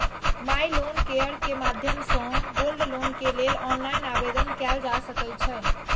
माइ loan care के माध्यम सं गोल्ड लोन के लेल ऑनलाइन आवेदन कैल जा सकै छै